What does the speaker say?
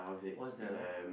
what's that ah